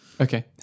Okay